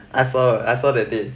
I saw I saw that day